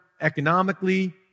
economically